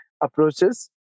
approaches